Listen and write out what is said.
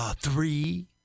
three